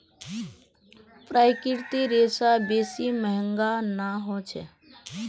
प्राकृतिक रेशा बेसी महंगा नइ ह छेक